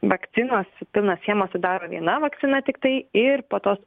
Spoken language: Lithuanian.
vakcinos pilną schemą sudaro viena vakcina tiktai ir po tos